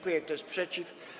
Kto jest przeciw?